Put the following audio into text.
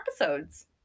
episodes